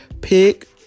Pick